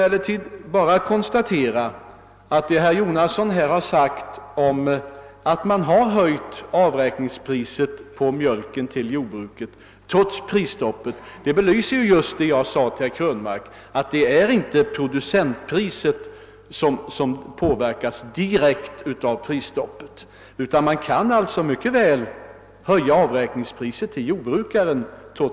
Låt mig bara konstatera att det som herr Jonasson påpekade, dvs. att jordbrukets avräkningspris på mjölken höjts trots prisstoppet, belyser vad jag framhöll till herr Krönmark, nämligen att producentpriset inte direkt behöver påverkas av prisstoppet utan att man trots detta mycket väl kan höja avräkningspriset till jordbrukaren.